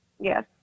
Yes